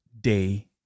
day